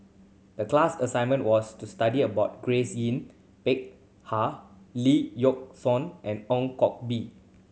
the class assignment was to study about Grace Yin Peck Ha Lee Yock Suan and Ong Koh Bee